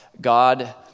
God